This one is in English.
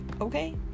Okay